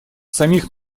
самих